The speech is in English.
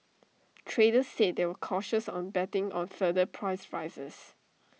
traders said they were cautious on betting on further price rises